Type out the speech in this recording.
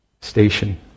station